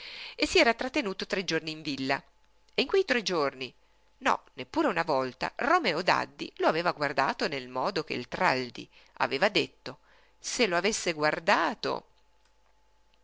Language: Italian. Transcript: crociera si era trattenuto tre giorni in villa e in quei tre giorni no neppure una volta romeo daddi lo aveva guardato nel modo che il traldi aveva detto se lo avesse guardato